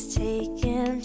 taken